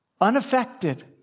unaffected